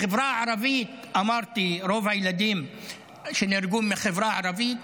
בחברה הערבית רוב הילדים שנהרגו מהחברה הערבית,